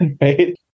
right